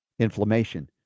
inflammation